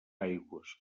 aigües